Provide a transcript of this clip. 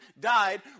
died